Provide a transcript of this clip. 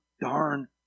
darn